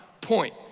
point